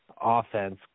offense